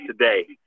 today